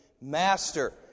Master